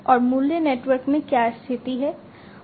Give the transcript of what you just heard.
और मूल्य नेटवर्क में क्या स्थिति है